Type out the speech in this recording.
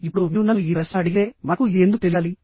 ఇప్పుడు మీరు నన్ను ఈ ప్రశ్న అడిగితే మనకు ఇది ఎందుకు తెలియాలి